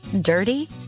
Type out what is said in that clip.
dirty